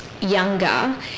younger